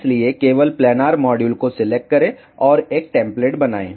इसलिए केवल planner module को सिलेक्ट करें और एक टेम्पलेट बनाएं